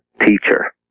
teacher